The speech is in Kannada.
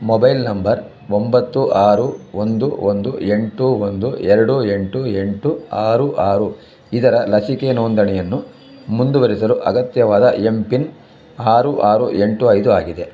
ಮೊಬೈಲ್ ನಂಬರ್ ಒಂಬತ್ತು ಆರು ಒಂದು ಒಂದು ಎಂಟು ಒಂದು ಎರಡು ಎಂಟು ಎಂಟು ಆರು ಆರು ಇದರ ಲಸಿಕೆ ನೋಂದಣಿಯನ್ನು ಮುಂದುವರಿಸಲು ಅಗತ್ಯವಾದ ಎಮ್ ಪಿನ್ ಆರು ಆರು ಎಂಟು ಐದು ಆಗಿದೆ